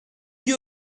you